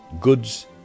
goods